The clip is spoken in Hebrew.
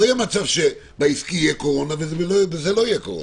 לא יהיה מצב שבעסקי יהיה קורונה ובזה לא יהיה קורונה.